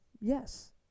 Yes